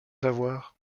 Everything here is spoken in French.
savoir